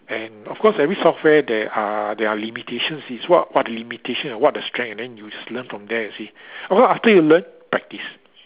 and of course every software there are there are limitations is what what limitation and what is the strength and then you just learn from there you see of course after you learn practice